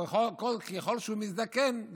ככל שהוא מזדקן,